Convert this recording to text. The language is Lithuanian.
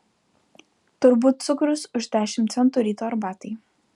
turbūt cukrus už dešimt centų ryto arbatai